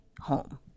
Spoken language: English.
home